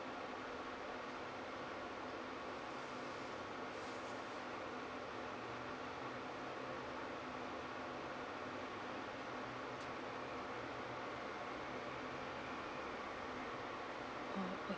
oh okay